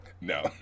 no